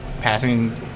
passing